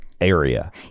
area